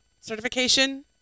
certification